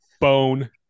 bone